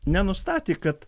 nenustatė kad